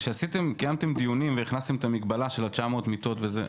וכשקיימתם דיונים והכנסתם את המגבלה של ה-900 מיטות וזה,